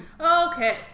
Okay